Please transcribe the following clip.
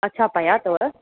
अच्छा पया अथव